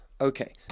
Okay